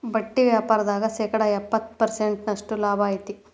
ಬಟ್ಟಿ ವ್ಯಾಪಾರ್ದಾಗ ಶೇಕಡ ಎಪ್ಪ್ತತ ಪರ್ಸೆಂಟಿನಷ್ಟ ಲಾಭಾ ಐತಿ